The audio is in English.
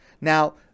Now